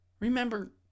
Remember